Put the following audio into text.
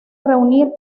reunir